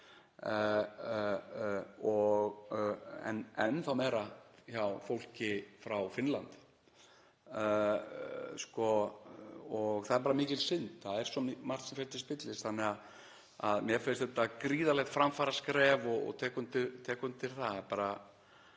enn þá meira hjá fólki frá Finnlandi og það er mikil synd. Það er svo margt sem fer til spillis þannig að mér finnst þetta gríðarlegt framfaraskref og tek undir það.